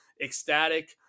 ecstatic